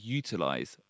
utilize